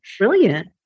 Brilliant